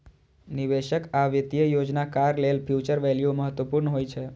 निवेशक आ वित्तीय योजनाकार लेल फ्यूचर वैल्यू महत्वपूर्ण होइ छै